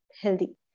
healthy